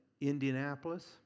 Indianapolis